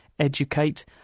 Educate